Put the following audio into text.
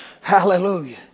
Hallelujah